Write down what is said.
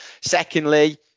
Secondly